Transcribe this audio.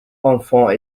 enfants